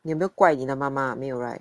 你有没有怪你的妈妈没有 right